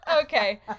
Okay